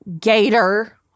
Gator